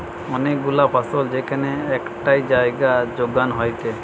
অনেক গুলা ফসল যেখান একটাই জাগায় যোগান হয়টে